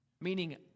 meaning